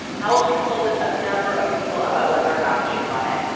haoles consulted a number of people about whether or not he should run it.